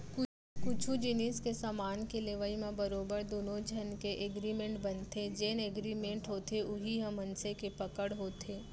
कुछु जिनिस के समान के लेवई म बरोबर दुनो झन के एगरिमेंट बनथे जेन एगरिमेंट होथे उही ह मनसे के पकड़ होथे